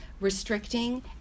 restricting